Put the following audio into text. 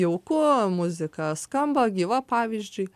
jauku muzika skamba gyva pavyzdžiui